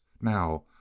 now